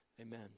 Amen